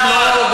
ממש לא.